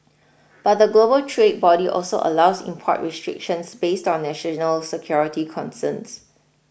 but the global trade body also allows import restrictions based on national security concerns